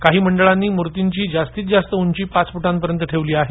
काही मंडळांनी मूर्तीची उंची जास्तीत जास्त पाच फुटांपर्यंत ठेवली आहे